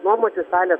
nuomoti salę